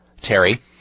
Terry